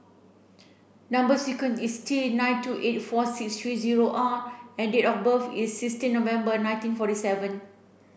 number sequence is T nine two eight four six three zero R and date of birth is sixteen November nineteen forty seven